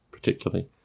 particularly